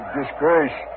disgrace